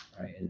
right